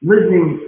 Living